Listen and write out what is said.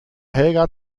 helga